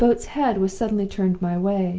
the boat's head was suddenly turned my way.